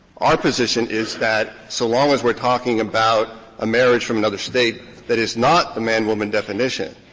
our position is that so long as we're talking about a marriage from another state that is not the man-woman definition,